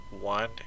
one